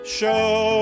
show